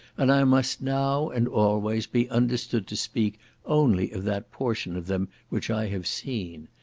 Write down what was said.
and i must now, and always, be understood to speak only of that portion of them which i have seen.